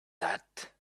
that